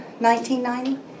1990